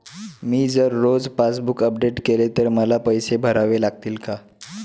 मी जर रोज passbook update केले तर मला पैसे भरावे लागतील का?